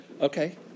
Okay